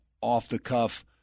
off-the-cuff